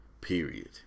period